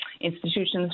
institutions